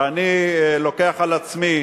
ואני לוקח על עצמי